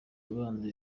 ubanza